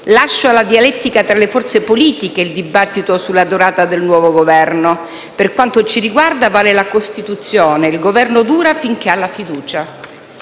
«Lascio alla dialettica tra le forze politiche il dibattito sulla durata del nuovo Governo. Per quanto ci riguarda, vale la Costituzione: il Governo dura quando ha la fiducia